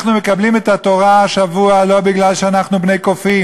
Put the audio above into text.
אנחנו מקבלים את התורה השבוע לא מפני שאנחנו בני קופים.